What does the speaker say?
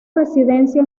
residencia